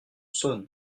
sonne